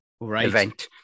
event